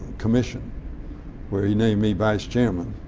commission where he named me vice chairman,